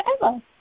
forever